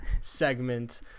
segment